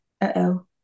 Uh-oh